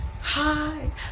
hi